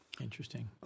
Interesting